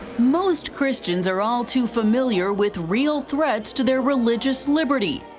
most christians are all too familiar with real threats to their religious liberty.